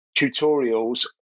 tutorials